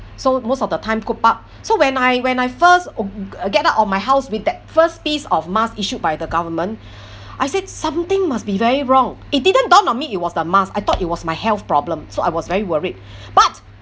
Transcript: so most of the time cooped up so when I when I first um get up on my house with that first piece of mask issued by the government I said something must be very wrong it didn't dawn on me it was the mask I thought it was my health problem so I was very worried but